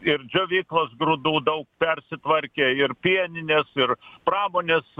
ir džiovyklos grūdų daug persitvarkė ir pieninės ir pramonės